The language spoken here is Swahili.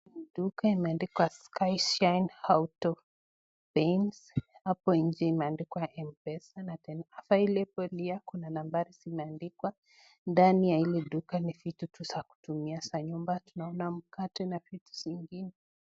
Duka imeandikwa Skyshine AutoPaints . Hapo nje imeandikwa Mpesa na tena available here . Kuna nambari zimeandikwa. Ndani ya ile duka ni vitu tu za kutumia tu za nyumba, tunaona mkate na vitu zingine.